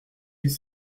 dix